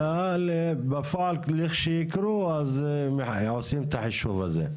אלא בפועל, לכשיקרו אז עושים את החישוב הזה.